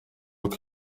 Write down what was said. rero